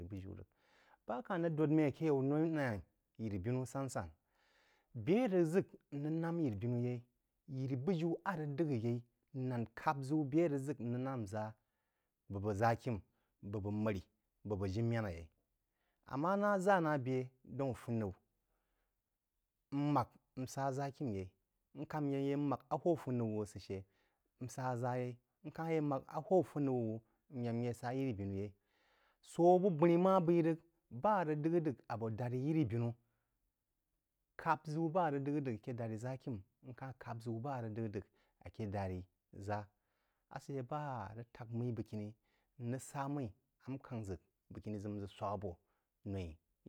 Bujiú rəg. Ba ka-hn rəg dōd mmú aké yaú no-í nám-í yīri-binú sáu-sáu bé a rəg ʒə n rəg nám yiri-binú yeí, yiri-bujiú á rəg d’əg yeí nán kap ʒəu bé a rəg ʒək n rəg nám ʒás, bú bəg ʒakim, bu bəg mārí, bū bəg jiməná yeí. Ammá na ʒá ná bé daún fūnaú, n māk n sá ʒakim yeí n ka yak nyé mak ahwū funaú wō asə shə n sá ʒaá yeí, mak ahwū ahwú fūnaú n yak nyé sa yiri-binú yeí, sō a bú bəní má béí sá yiri-binú yeí, sō a bú bəní má beí rəg, ba a rəg d’əgk – d’əgk abō dǎrí yiri-binú kap-ʒəu ba á rəg d’əgh-d’əgh ake dāri yakim, nka kao-ʒəu ba a rəg d’əgh-d’əgh aké dāri ʒaá. Ashə bá a rəg tak mmí bəgkini ʒə n swǎk a bō noi